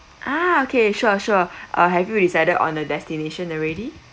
ah okay sure sure uh have you decided on a destination already